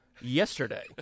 yesterday